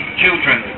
children